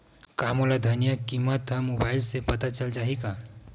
का मोला धनिया किमत ह मुबाइल से पता चल जाही का?